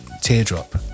Teardrop